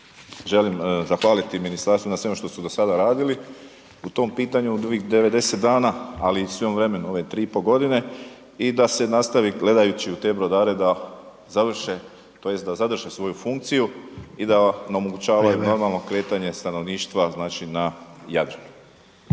želim zahvaliti ministarstvu na svemu što su do sada radili u tom pitanju od ovih 90 dana ali i svevremeno, ove 3,5 g. i da se nastavi gledajući u te brodare, da završe tj. da zadrže svoju funkciju i da nam omogućavaju normalno kretanje stanovništva znači